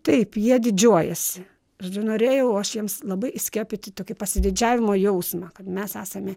taip jie didžiuojasi žodžiu norėjau aš jiems labai įskiepyti tokį pasididžiavimo jausmą kad mes esame